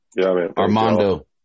Armando